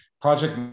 project